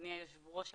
אדוני היושב ראש,